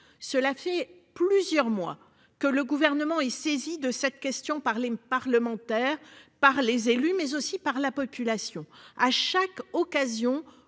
cela fait plusieurs mois que le gouvernement est saisi de cette question par les parlementaires, par les élus mais aussi par la population à chaque occasion